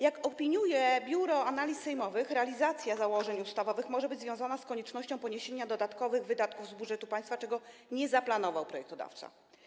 Jak opiniuje Biuro Analiz Sejmowych, realizacja założeń ustawowych może być związana z koniecznością poniesienia dodatkowych wydatków z budżetu państwa, czego nie zaplanował projektodawca.